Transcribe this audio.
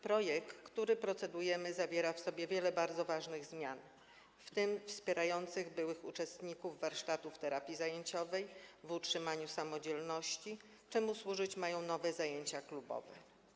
Projekt, nad którym procedujemy, zawiera w sobie wiele bardzo ważnych zmian, w tym wspierających byłych uczestników warsztatów terapii zajęciowej w utrzymaniu samodzielności, czemu służyć mają nowe zajęcia klubowe.